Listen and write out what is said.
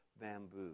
bamboo